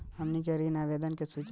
हमनी के ऋण आवेदन के सूचना कैसे मिली?